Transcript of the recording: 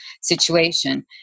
situation